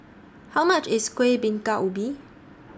How much IS Kueh Bingka Ubi